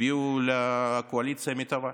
לקואליציה במיטבה.